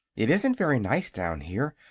it isn't very nice down here.